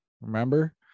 Remember